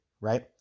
right